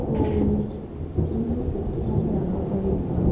ᱯᱩᱭ ᱱᱤᱭᱟᱹ ᱠᱚ ᱥᱚᱵᱽᱡᱤ ᱦᱚᱸᱚᱢ ᱞᱟᱜᱟᱣ ᱫᱟᱲᱮᱭᱟᱜᱼᱟ